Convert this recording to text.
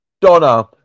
donna